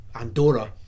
Andorra